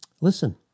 Listen